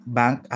bank